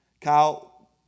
Kyle